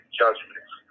judgments